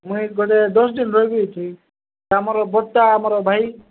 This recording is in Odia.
ମୁଇଁ ଏଇଠି ବୋଧେ ଦଶ ଦିନ ରହିବି ଏଠି ଆମର ବଟା ଆମର ଭାଇ